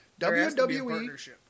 WWE